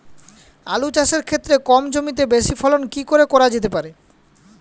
আলু চাষের ক্ষেত্রে কম জমিতে বেশি ফলন কি করে করা যেতে পারে?